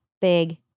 big